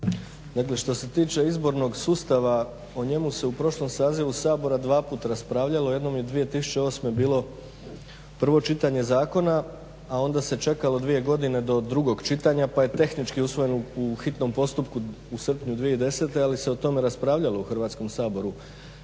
što se tiče izbornog sustava o njemu se u prošlom sazivu Sabora dva puta raspravljalo. Jednom je 2008. bilo prvo čitanje zakona, a onda se čekalo 2 godine do drugog čitanja pa je tehnički usvojen u hitnom postupku u srpnju 2010., ali se o tome raspravljalo u Hrvatskom saboru